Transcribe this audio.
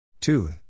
Two